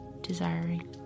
desiring